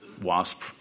wasp